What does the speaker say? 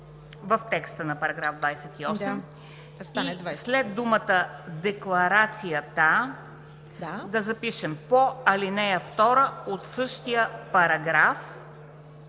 в текста на § 28; и след думата „декларацията“ да запишем „по ал. 2 от същия параграф